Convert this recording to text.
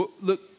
Look